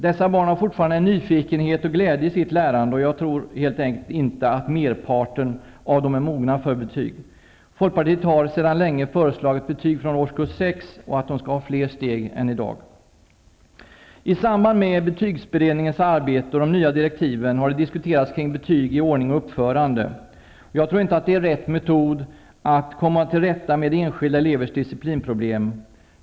Dessa barn har fortfarande en nyfikenhet och glädje i lärandet, och jag tror helt enkelt inte att merparten av dem är mogna för betyg. Folkpartiet har sedan länge föreslagit att betyg skall ges från årskurs 6 och att de skall ha fler steg än i dag. I samband med betygsberedningens arbete och de nya direktiven har det diskuterats kring betyg i ordning och uppförande. Jag tror inte att det är rätt metod att komma till rätta med enskilda elevers disciplinproblem.